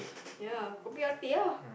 ya coffee or tea lah